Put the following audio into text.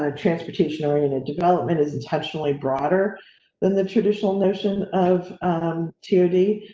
ah transportation oriented development is intentionally broader than the traditional notion of activity.